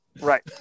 Right